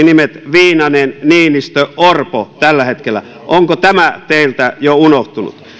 nimet viinanen niinistö orpo tällä hetkellä onko tämä teiltä jo unohtunut